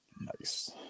Nice